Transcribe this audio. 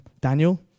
Daniel